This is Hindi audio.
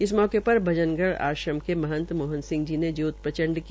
इस मौके पर भजनगढ़ आश्रम के महंत मोहन सिंह जी ने ज्योत प्रचंड की